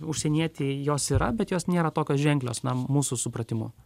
užsienietį jos yra bet jos nėra tokios ženklios na mūsų supratimu